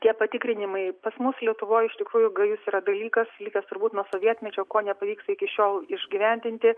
tie patikrinimai pas mus lietuvoj iš tikrųjų gajus yra dalykas likęs turbūt nuo sovietmečio ko nepavyksta iki šiol išgyvendinti